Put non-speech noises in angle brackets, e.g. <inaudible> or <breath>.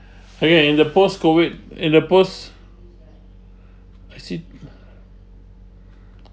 okay in the post-COVID in the post I sit <breath>